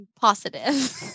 positive